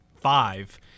five